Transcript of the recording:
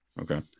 Okay